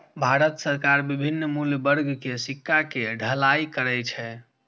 भारत सरकार विभिन्न मूल्य वर्ग के सिक्का के ढलाइ करै छै